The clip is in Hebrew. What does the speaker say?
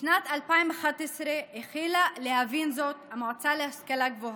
בשנת 2011 החלה להבין זאת המועצה להשכלה גבוהה: